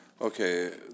Okay